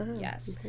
Yes